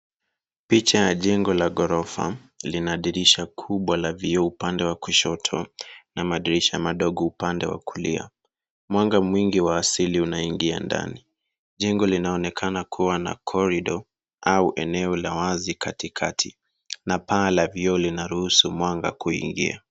Picha ya jengo ya la ghorofa lina dirisha kubwa la vioo upande wa kushoto na madirisha madogo upande wa kulia mwanga mwingi wa asili unaingia ndani jengo linaonekana kuwa na corridor au eneo la wazi kati kati na paa la vioo linaruhusu mwanga kuingia.